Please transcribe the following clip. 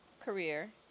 career